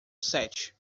sete